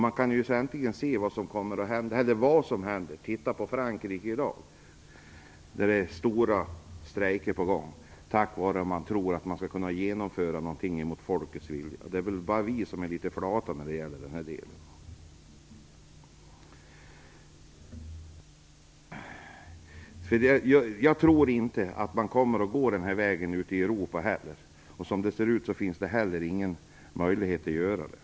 Man kan se vad som nu händer. Titta på Frankrike i dag! Det är stora strejker på gång där, därför att man tror sig kunna genomföra någonting emot folkets vilja. Det är väl bara vi svenskar som är litet flata här. Jag tror inte att man kommer att gå den här vägen ute i Europa, och det ser inte heller ut att finnas någon möjlighet till det.